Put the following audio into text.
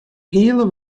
heale